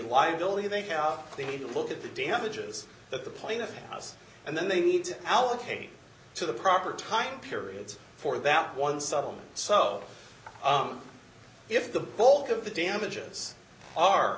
liability they have they need to look at the damages that the plaintiff house and then they need to allocate to the proper time periods for that one supplement so if the bulk of the damages